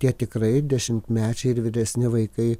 tie tikrai dešimtmečiai ir vyresni vaikai